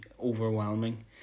overwhelming